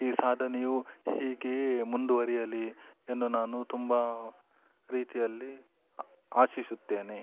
ಈ ಸಾಧನೆಯು ಹೀಗೆಯೇ ಮುಂದುವರಿಯಲಿ ಎಂದು ನಾನು ತುಂಬಾ ರೀತಿಯಲ್ಲಿ ಆಶಿಸುತ್ತೇನೆ